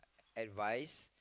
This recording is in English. advice